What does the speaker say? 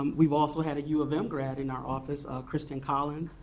um we've also had a u of m grad in our office, christian collins.